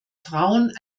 frauen